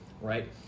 right